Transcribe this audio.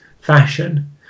fashion